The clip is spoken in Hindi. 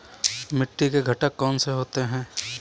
मिट्टी के घटक कौन से होते हैं?